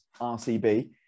RCB